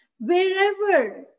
wherever